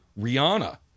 Rihanna